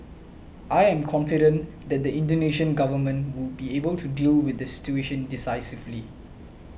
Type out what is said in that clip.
I am confident that the Indonesian government will be able to deal with the situation decisively